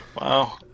Wow